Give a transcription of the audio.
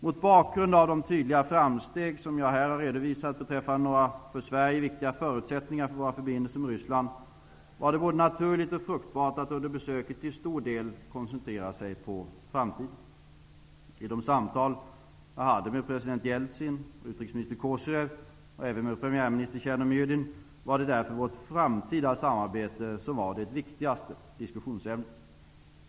Mot bakgrund av de tydliga framsteg som jag här har redovisat beträffande några för Sverige viktiga förutsättningar för våra förbindelser med Ryssland, var det både naturligt och fruktbart att under besöket till stor del koncentrera sig på framtiden. I de samtal jag hade med president Jeltsin och utrikesminister Kozyrev, och även med premiärminister Tjernomyrdin, var därför vårt framtida samarbete det viktigaste diskussionsämnet.